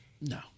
No